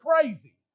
crazy